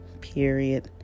Period